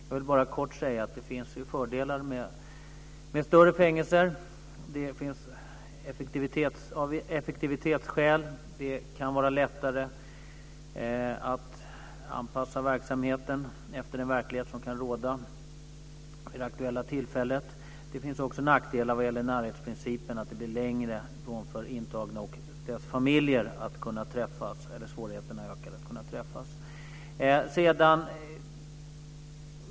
Jag vill bara kort säga att det finns fördelar med större fängelser. Det finns effektivitetsskäl. Det kan vara lättare att anpassa verksamheten efter den verklighet som kan råda vid det aktuella tillfället. Det finns också nackdelar vad gäller närhetsprincipen. Det blir längre för intagna och deras familjer, och svårigheterna att träffas ökar.